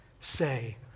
say